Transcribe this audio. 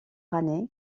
année